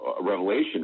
revelation